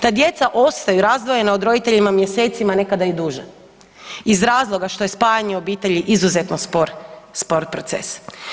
Ta djeca ostaju razdvojena od roditelja mjesecima, nekada i duže iz razloga što je spajanje obitelji izuzetno spor, spor proces.